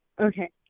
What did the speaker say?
Okay